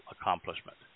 accomplishment